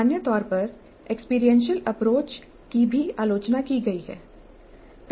सामान्य तौर पर एक्सपीरियंशियल अप्रोच की भी आलोचना की गई है